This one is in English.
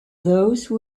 those